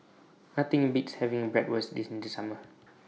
Nothing Beats having Bratwurst in The Summer